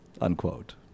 unquote